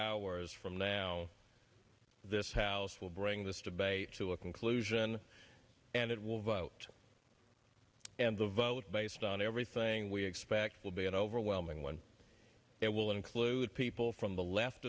hours from now this house will bring this debate to a conclusion and it will vote and the vote based on everything we expect will be an overwhelming one that will include people from the left